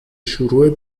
شروع